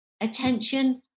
attention